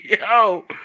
Yo